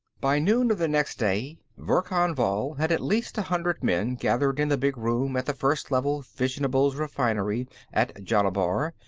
by noon of the next day, verkan vall had at least a hundred men gathered in the big room at the first level fissionables refinery at jarnabar,